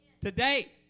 Today